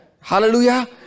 hallelujah